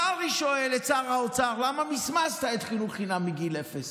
קרעי שואל את שר האוצר: למה מסמסת את חינוך חינם מגיל אפס?